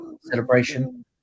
celebration